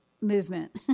movement